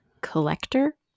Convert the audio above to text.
collector